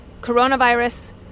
coronavirus